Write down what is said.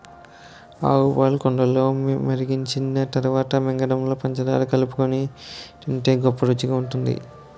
ఆవుపాలు కుండలో మరిగించిన తరువాత మీగడలో పంచదార కలుపుకొని తింటే గొప్ప రుచిగుంటది